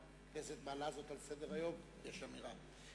שהכנסת מעלה את זה על סדר-היום יש אמירה.